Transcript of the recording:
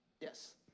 Yes